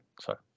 sorry